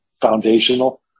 foundational